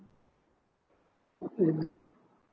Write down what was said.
okay